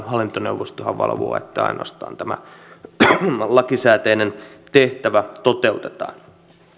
hallintoneuvostohan valvoo ainoastaan että tämä lakisääteinen tehtävä toteutetaan